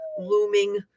Looming